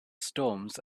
storms